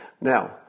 Now